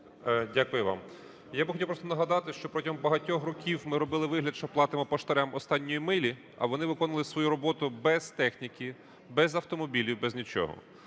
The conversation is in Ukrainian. Дякую вам. Я хотів би просто нагадати, що протягом багатьох років ми робили вигляд, що платимо поштарям "останньої милі", а вони виконували свою роботу без техніки, без автомобілів, без нічого.